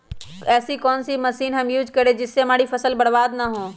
ऐसी कौन सी मशीन हम यूज करें जिससे हमारी फसल बर्बाद ना हो?